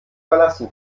verlassen